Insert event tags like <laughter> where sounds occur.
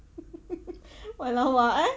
<noise> buat lawak ah